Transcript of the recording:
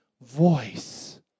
voice